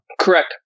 correct